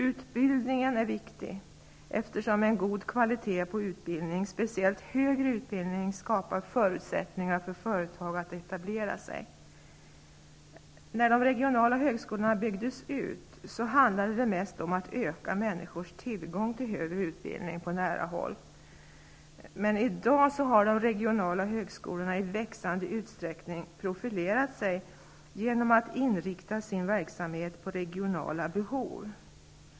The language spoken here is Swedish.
Utbildningen är viktig, eftersom en god kvalitet på utbildning, speciellt högre utbildning, skapar förutsättningar för företag att etablera sig. När de regionala högskolorna byggdes ut handlade det mest om att öka människors tillgång till högre utbildning på nära håll. I dag har de regionala högskolorna i växande utsträckning profilerat sig genom att inrikta sin verksamhet på regionala behov.